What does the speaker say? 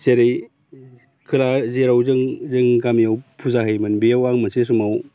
जेरै खोला जेराव जों जों गामियाव फुजा होयोमोन बेयाव आं मोनसे समाव